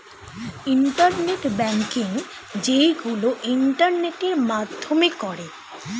internet banking যেইগুলো ইন্টারনেটের মাধ্যমে করে